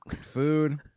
food